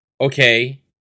okay